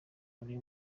muri